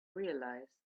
realise